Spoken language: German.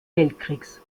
weltkriegs